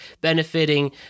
benefiting